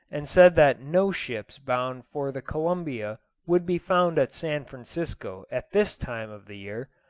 and said that no ships bound for the columbia would be found at san francisco at this time of the year.